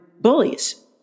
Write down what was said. bullies